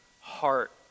heart